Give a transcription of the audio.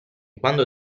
quando